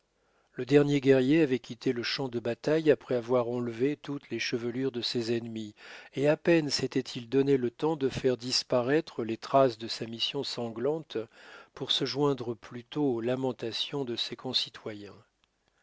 le dernier guerrier avait quitté le champ de bataille après avoir enlevé toutes les chevelures de ses ennemis et à peine s'était-il donné le temps de faire disparaître les traces de sa mission sanglante pour se joindre plus tôt aux lamentations de ses concitoyens